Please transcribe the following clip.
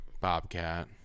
bobcat